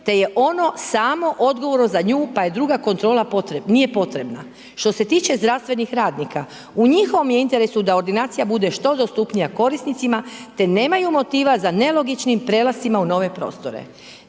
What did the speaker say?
te je ono samo odgovorno za nju, pa druga kontrola nije potrebna. Što se tiče zdravstvenih radnika, u njihovom je interesu da ordinacija bude što dostupnija korisnicima te nemaju motiva za nelogičnim prelascima u nove prostore.